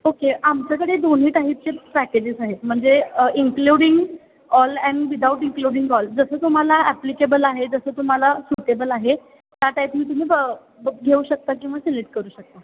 okay आमच्याकडे दोन्ही टाईपचे पॅकेजेस आहेत म्हणजे including all and without including all जसं तुम्हाला ॲप्लिकेबल आहे जसं तुम्हाला सुटेबल आहे त्या टाईपने तुम्ही घेऊ शकता किंवा सिलेक्ट करू शकता